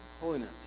holiness